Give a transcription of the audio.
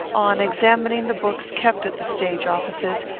on examining the books kept at the stage-offices,